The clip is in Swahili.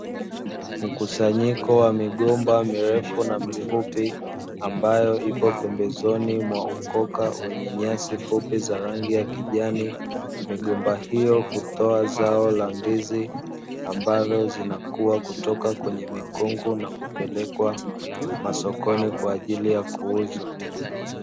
Mkusanyiko wa migomba mirefu kwa mifupi, ambayo ipo pembezoni mwa ukoka wenye nyasi fupi za rangi ya kijani. Migomba hiyo utoa zao la ndizi ambalo inakuwa kutoka kwenye mikungu, na kupelekwa masokoni kwa ajili ya kuuzwa.